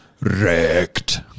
wrecked